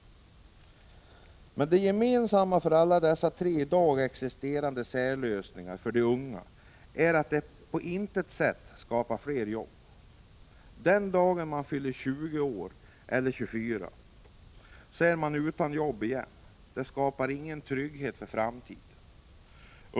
Det gemensamma för alla dessa tre i dag existerande särlösningar för de unga är att de på intet sätt skapar fler jobb. Den dag man fyller 20 eller 24 år är man utan jobb igen. Det skapar inte trygghet för framtiden.